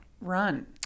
run